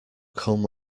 come